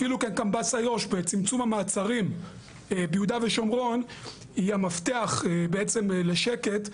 אפילו צמצום המעצרים ביהודה ושומרון הוא המפתח בעצם לשקט,